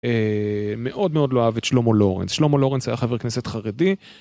מאוד מאוד לא אהב את שלומו לורנס, שלומו לורנס היה חבר כנסת חרדי